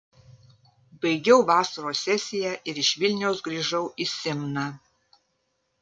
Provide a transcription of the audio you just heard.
baigiau vasaros sesiją ir iš vilniaus grįžau į simną